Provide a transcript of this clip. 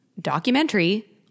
documentary